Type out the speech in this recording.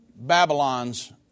Babylons